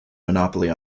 monopoly